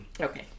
Okay